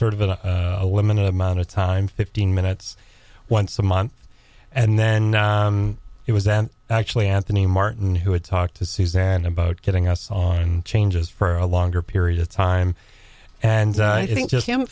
sort of a woman in amount of time fifteen minutes once a month and then it was then actually anthony martin who had talked to suzanne about getting us on changes for a longer period of time and i think just him